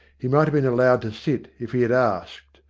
he might have been allowed to sit if he had asked,